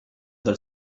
del